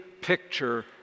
picture